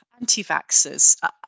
anti-vaxxers